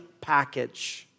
package